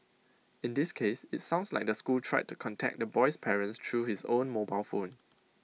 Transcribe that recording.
in this case IT sounds like the school tried to contact the boy's parents through his own mobile phone